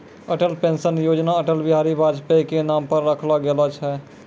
Atal pension योजना अटल बिहारी वाजपेई के नाम पर रखलो गेलो छै